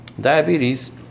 Diabetes